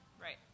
Right